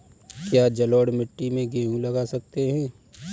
क्या जलोढ़ मिट्टी में गेहूँ लगा सकते हैं?